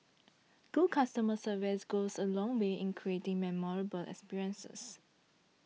good customer service goes a long way in creating memorable experiences